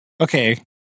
okay